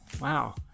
Wow